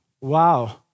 Wow